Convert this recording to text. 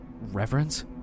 reverence